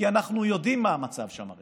כי אנחנו הרי יודעים מה המצב שם,